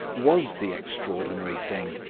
was the extraordinary thing?